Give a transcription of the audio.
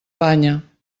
banya